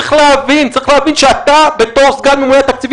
צריך להבין שאתה בתור סגן ממונה על התקציבים